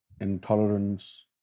intolerance